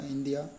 India